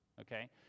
okay